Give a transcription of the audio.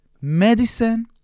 medicine